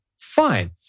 Fine